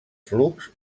flux